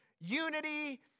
unity